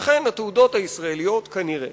אכן, התעודות הישראליות הן כנראה